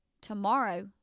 tomorrow